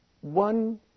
one